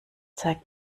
zeigt